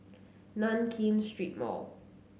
Nankin Street Mall